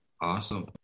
awesome